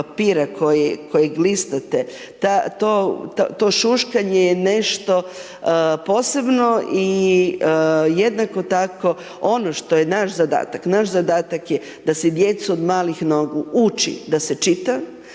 kojeg listate, to šuškanje je nešto posebno i jednako tako, ono što je naš zadatak, naš zadatak je da se djecu od malih nogu uči da se čita,